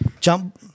Jump